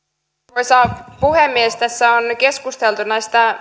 arvoisa puhemies tässä on keskusteltu näistä